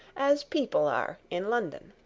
as people are in london.